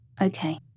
Okay